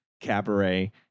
cabaret